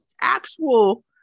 actual